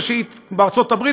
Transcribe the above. ושהיא בארצות הברית,